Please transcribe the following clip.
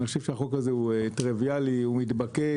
אני חושב שהחוק הזה טריוויאלי, מתבקש.